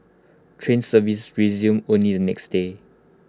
train services resumed only the next day